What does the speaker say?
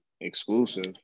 exclusive